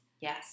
yes